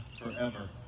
forever